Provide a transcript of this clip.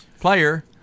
player